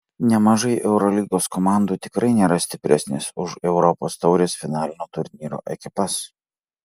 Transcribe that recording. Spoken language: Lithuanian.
nemažai eurolygos komandų tikrai nėra stipresnės už europos taurės finalinio turnyro ekipas